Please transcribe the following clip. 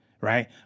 right